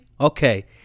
Okay